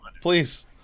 please